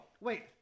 wait